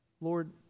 Lord